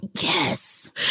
Yes